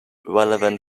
relevant